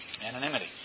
anonymity